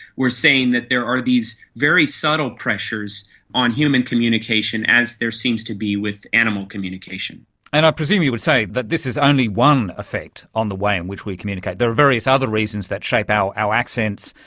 we are saying that there are these very subtle pressures on human communication, as there seems to be with animal communication. and i presume you would say that this is only one effect on the way in which we communicate, there are various other reasons that shape our our accents,